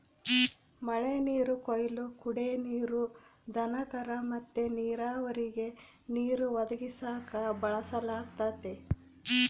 ಮಳೆನೀರು ಕೊಯ್ಲು ಕುಡೇ ನೀರು, ದನಕರ ಮತ್ತೆ ನೀರಾವರಿಗೆ ನೀರು ಒದಗಿಸಾಕ ಬಳಸಲಾಗತತೆ